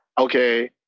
okay